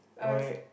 why